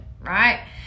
right